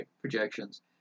projections